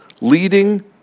leading